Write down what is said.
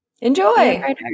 enjoy